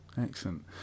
excellent